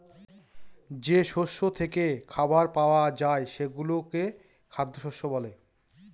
যে শস্য থেকে খাবার পাওয়া যায় সেগুলোকে খ্যাদ্যশস্য বলে